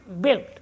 built